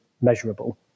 measurable